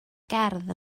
gerdd